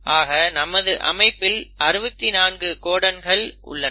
ஆக நமது அமைப்பில் 64 கோடன்கள் உள்ளன